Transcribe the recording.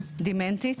דמנטית.